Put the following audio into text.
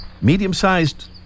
medium-sized